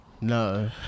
no